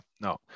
no